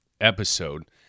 episode